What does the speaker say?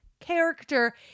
character